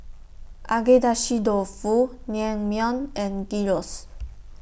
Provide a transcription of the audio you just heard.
Agedashi Dofu Naengmyeon and Gyros